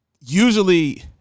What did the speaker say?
usually